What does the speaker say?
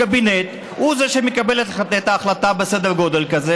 הקבינט הוא זה שמקבל את ההחלטות בסדר גודל כזה,